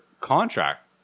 contract